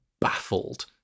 baffled